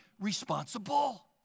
responsible